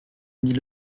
dit